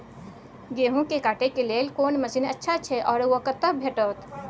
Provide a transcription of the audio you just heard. गेहूं के काटे के लेल कोन मसीन अच्छा छै आर ओ कतय भेटत?